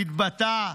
התבטא: